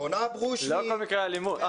יונה אברושמי --- לא כל מקרי האלימות.